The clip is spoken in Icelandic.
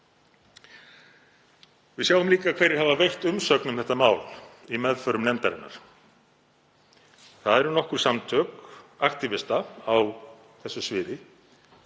Við sjáum líka hverjir hafa veitt umsögn um þetta mál í meðförum nefndarinnar. Það eru nokkur samtök aktívista á þessu sviði